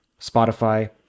Spotify